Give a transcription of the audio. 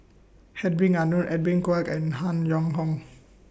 Hedwig Anuar Edwin Koek and Han Yong Hong